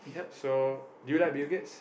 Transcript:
so do you like Bill-Gates